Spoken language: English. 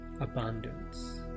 Abundance